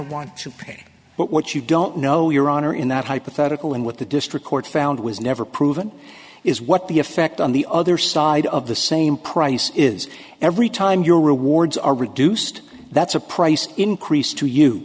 want to pay but what you don't know your honor in that hypothetical and what the district court found was never proven is what the effect on the other side of the same price is every time your rewards are reduced that's a price increase to you